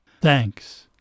Thanks